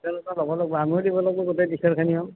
তেওঁলোকৰ পৰা লব লাগিব আমিও দিব লাগিব গোটেই টিচাৰখিনিয়েও